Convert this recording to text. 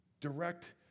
Direct